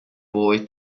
boy